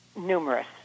numerous